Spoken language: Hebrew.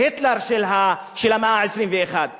היטלר של המאה ה-21?